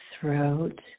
throat